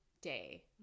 day